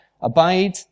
Abide